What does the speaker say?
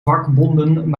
vakbonden